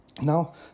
Now